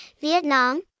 Vietnam